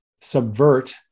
subvert